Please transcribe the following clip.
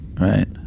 Right